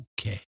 okay